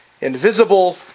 invisible